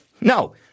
No